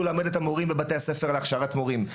ללמד את המורים בבתי הספר להכשרת מורים.